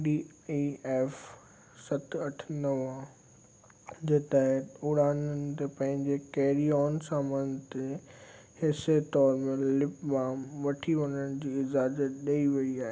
D A F सत अठ नव जे तहत उड़ाननि ते पंहिंजे कैरी ऑन सामान ते हिसे तौर में लिप बाम वठी वञण जी इजाज़त ॾेई वई आहे